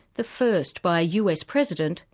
the first by a us president,